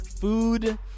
food